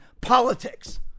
politics